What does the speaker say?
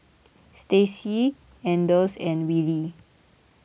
Stacia anders and Willie